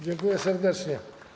Dziękuję serdecznie.